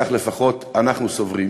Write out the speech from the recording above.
כך לפחות אנחנו סוברים.